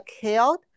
killed